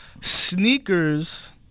Sneakers